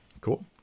Cool